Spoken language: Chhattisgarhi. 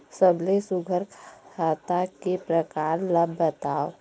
सबले सुघ्घर खाता के प्रकार ला बताव?